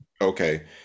Okay